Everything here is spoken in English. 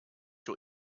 your